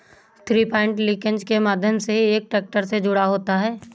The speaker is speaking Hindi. थ्रीपॉइंट लिंकेज के माध्यम से एक ट्रैक्टर से जुड़ा होता है